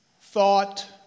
thought